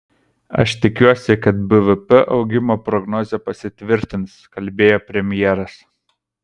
aš tikiuosi kad bvp augimo prognozė pasitvirtins kalbėjo premjeras